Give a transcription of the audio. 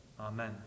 Amen